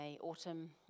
autumn